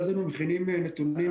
ואז היינו מכינים נתונים מראש.